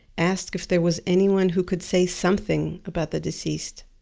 asked if there was anyone who could say something about the deceased.